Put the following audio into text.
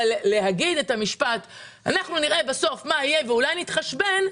אבל להגיד את המשפט שאנחנו נראה בסוף מה יהיה ואולי נתחשבן,